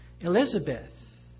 Elizabeth